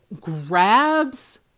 grabs